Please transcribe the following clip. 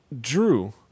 drew